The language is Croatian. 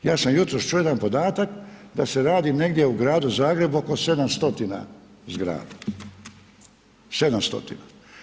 Ja sam jutros čuo jedan podatak da se radi negdje u Gradu Zagrebu oko 700 zgrada, 700.